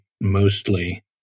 mostly